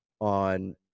on